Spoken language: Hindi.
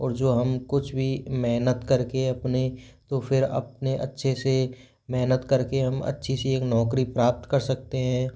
और जो हम कुछ भी मेहनत करके अपने तो फिर अपने अच्छे से मेहनत करके हम अच्छी सी एक नौकरी प्राप्त कर सकते हैं